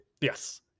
Yes